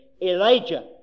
Elijah